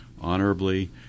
honorably